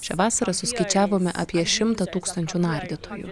šią vasarą suskaičiavome apie šimtą tūkstančių nardytojų